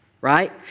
right